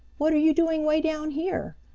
what are you doing way down here?